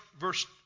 verse